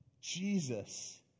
Jesus